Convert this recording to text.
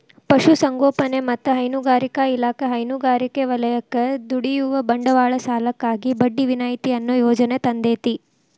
ಪಶುಸಂಗೋಪನೆ ಮತ್ತ ಹೈನುಗಾರಿಕಾ ಇಲಾಖೆ ಹೈನುಗಾರಿಕೆ ವಲಯಕ್ಕ ದುಡಿಯುವ ಬಂಡವಾಳ ಸಾಲಕ್ಕಾಗಿ ಬಡ್ಡಿ ವಿನಾಯಿತಿ ಅನ್ನೋ ಯೋಜನೆ ತಂದೇತಿ